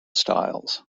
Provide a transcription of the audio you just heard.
styles